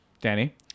Danny